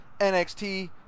NXT